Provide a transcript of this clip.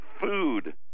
food